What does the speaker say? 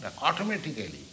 automatically